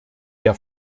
der